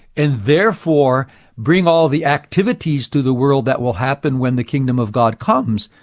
and therefore bring all the activities to the world that will happen when the kingdom of god comes.